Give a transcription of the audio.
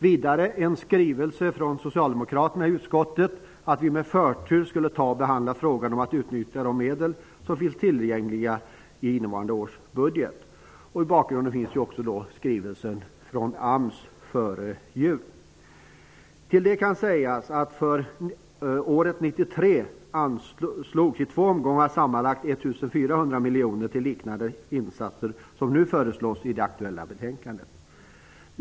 Vidare finns det en skrivelse från socialdemokraterna i utskottet om att vi med förtur skulle behandla frågan om att utnyttja de medel som finns tillgängliga i innevarande års budget. I bakgrunden finns också den skrivelse från AMS Till detta kan sägas att för 1993 anslogs i två omgångar sammanlagt 1 400 miljoner till insatser liknande dem som nu föreslås i det aktuella betänkandet.